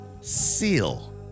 Seal